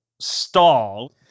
stall